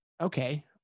okay